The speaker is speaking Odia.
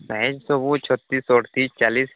ଭାଇ ସବୁ ଛତିଶି ଅଠତିରିଶି ଚାଳିଶି